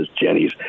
Jenny's